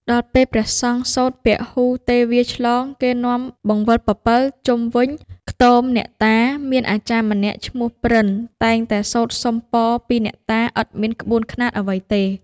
ដល់ពេលព្រះសង្ឃសូត្រពហូទេវាឆ្លង គេនាំបង្វិលពពិលជុំវិញខ្ទមអ្នកតា មានអាចារ្យម្នាក់ឈ្មោះព្រិន តែងតែសូត្រសុំពរពីអ្នកតា ឥតមានក្បួនខ្នាតអ្វីទេ